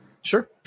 Sure